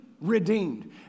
redeemed